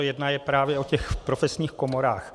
Jedna je právě o těch profesních komorách.